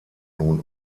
nun